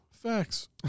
Facts